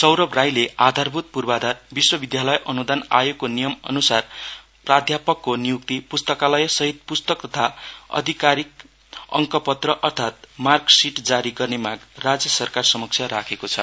सौरव राईले आधारभूत पूर्वाधार विश्वविधालय अनुदान आयोगको नियमअनुसार प्राध्यापकको नियुक्ति पुस्तकालय सहित पुस्तक तथा आधिकारिक अङ्क पत्र अर्थात मार्कसिट जारी गर्ने माग राज्य सरकार समक्ष राखेको छ